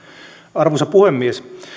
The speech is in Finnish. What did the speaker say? arvoisa puhemies